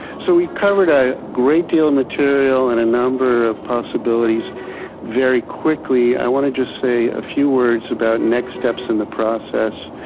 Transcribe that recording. so we've covered a great deal of material and a number of possibilities very quickly. i wanna just say a few words about next steps in the process.